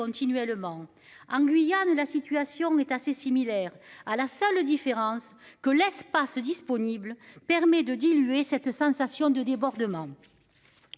en Guyane, la situation est assez similaire à la seule différence que l'espace disponible permet de diluer cette sensation de débordements.